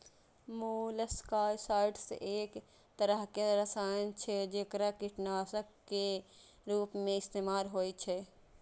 molluscicides एक तरहक रसायन छियै, जेकरा कीटनाशक के रूप मे इस्तेमाल होइ छै